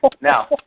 Now